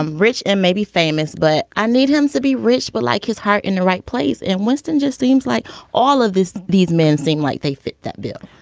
um rich and maybe famous but i need him to be rich. but like his heart in the right place. and winston just seems like all of this. these men seem like they fit that bill.